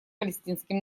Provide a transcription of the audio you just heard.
палестинским